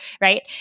right